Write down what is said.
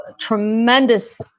tremendous